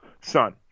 son